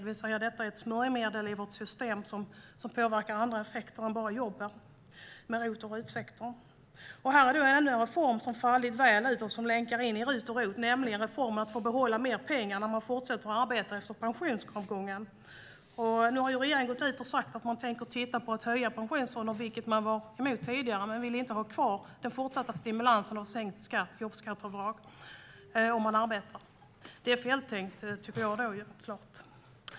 Detta är alltså ett smörjmedel i vårt system som påverkar annat än bara jobben när det gäller ROT och RUT-sektorn. Det är ännu en reform som fallit väl ut och som länkar in i RUT och ROT, nämligen reformen som handlar om att man får behålla mer pengar när man fortsätter att arbeta efter pensionsavgången. Nu har regeringen gått ut och sagt att man tänker titta på förslag om att höja pensionsåldern, vilket man var emot tidigare. Man vill inte ha kvar den fortsatta stimulansen av sänkt skatt, jobbskatteavdrag, för dem som arbetar. Det är feltänkt, tycker jag.